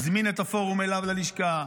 הזמין את הפורום אליו ללשכה,